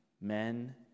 men